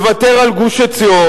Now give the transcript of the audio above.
לוותר על גוש-עציון,